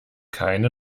keine